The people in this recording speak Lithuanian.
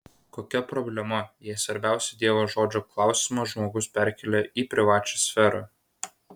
kokia problema jei svarbiausią dievo žodžio klausymą žmogus perkelia į privačią sferą